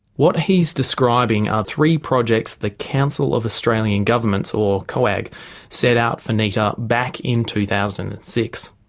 what he's describing are three projects the council of australian governments or goag set out for nehta back in two thousand and six.